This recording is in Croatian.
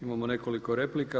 Imamo nekoliko replika.